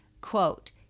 Quote